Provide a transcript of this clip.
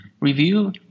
Review